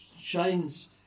shines